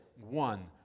one